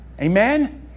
Amen